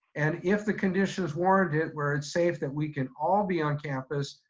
and if the condition's warranted where it's safe, that we can all be on campus,